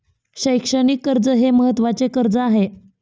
शैक्षणिक कर्ज हे महत्त्वाचे कर्ज आहे